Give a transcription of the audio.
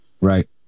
Right